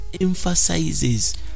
emphasizes